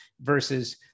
versus